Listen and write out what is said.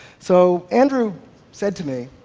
so andrew said to me,